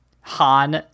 Han